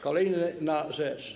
Kolejna rzecz.